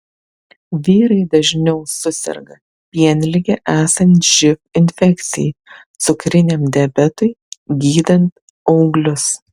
vyrai dažniau suserga pienlige esant živ infekcijai cukriniam diabetui gydant auglius